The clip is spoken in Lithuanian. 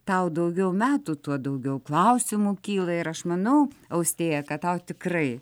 tau daugiau metų tuo daugiau klausimų kyla ir aš manau austėja kad tau tikrai